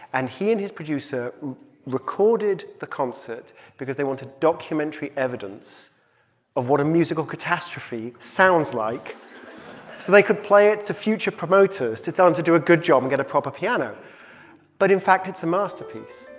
and he and his producer recorded the concert because they wanted documentary evidence of what a musical catastrophe sounds like so they could play it to future promoters to tell them to do a good job and get a proper piano but in fact, it's a masterpiece.